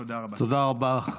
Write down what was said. תודה רבה.